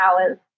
hours